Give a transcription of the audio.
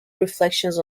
reflections